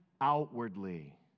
outwardly